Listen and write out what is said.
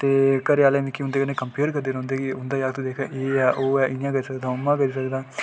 ते घरै आह्ले मिगी उं'दे कन्नै कम्पेयर करदे रौंह्दे कि उं'दा जागत दिक्ख एह् ऐ ओह् ऐ इ'यां करी सकदा उ'आं करी सकदा